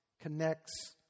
connects